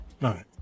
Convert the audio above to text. right